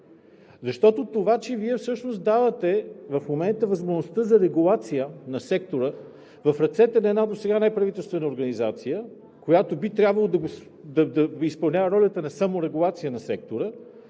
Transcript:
защото това, че Вие давате в момента възможността за регулация на сектора в ръцете на една досега неправителствена организация, която би трябвало да изпълнява ролята на саморегулация на сектора,